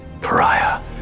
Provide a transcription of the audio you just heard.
pariah